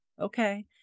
okay